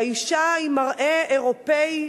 האשה עם מראה אירופי,